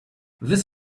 this